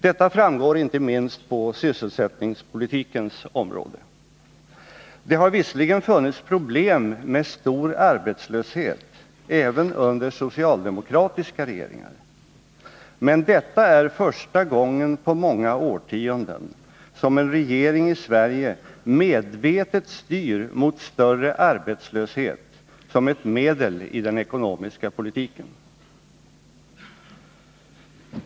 Detta framgår inte minst på sysselsättningspolitikens område. Det har visserligen funnits problem med stor arbetslöshet även under socialdemokratiska regeringar, men detta är första gången på många årtionden som en regering i Sverige medvetet styr mot större arbetslöshet som ett medel i den ekonomiska politiken.